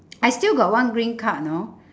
I still got one green card know